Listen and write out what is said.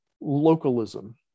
localism